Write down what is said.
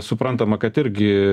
suprantama kad irgi